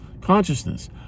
Consciousness